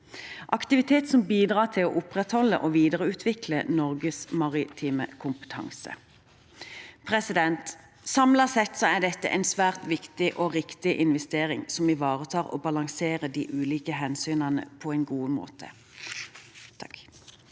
aktivitet som bidrar til å opprettholde og videreutvikle Norges maritime kompetanse. Samlet sett er dette en svært viktig og riktig investering, som ivaretar og balanserer de ulike hensynene på en god måte. Terje